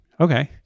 Okay